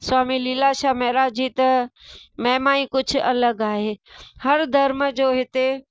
स्वामी लीलाशाह महराज जी त महिमा ई कुझु अलॻि आहे हर धर्म जो हिते